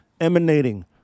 emanating